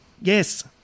Yes